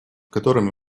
которыми